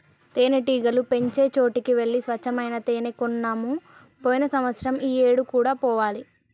తేనెటీగలు పెంచే చోటికి వెళ్లి స్వచ్చమైన తేనే కొన్నాము పోయిన సంవత్సరం ఈ ఏడు కూడా పోవాలి